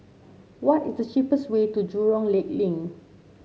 what is the cheapest way to Jurong Lake Link